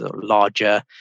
larger